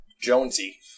Jonesy